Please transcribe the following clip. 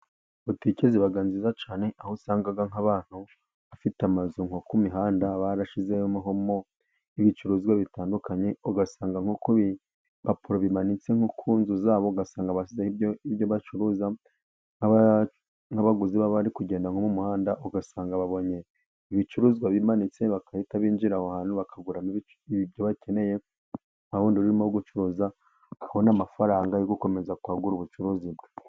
Butike iba nziza cyane ,aho usanga nk'abantu bafite amazu nko ku mihanda ,barashyizemo ibicuruzwa bitandukanye ,ugasanga nko ku bipapuro bimanitse nko ku nzu zabo, ugasanga bashyizeho ibyo bacuruza nk'abaguzi baba bari kugenda nko mu muhanda, ugasanga babonye ibicuruzwa bimanitse bagahita binjira aho hantu, bakagura ibyo bakeneye, wa wundi urimo gucuruza akabona amafaranga yo gukomeza kwagura ubucuruzi.